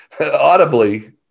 audibly